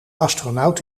astronaut